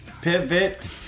Pivot